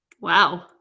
Wow